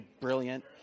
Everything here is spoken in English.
brilliant